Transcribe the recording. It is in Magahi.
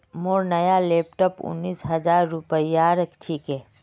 मोर नया लैपटॉप उन्नीस हजार रूपयार छिके